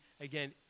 again